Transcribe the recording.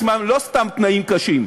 בטיחותיים.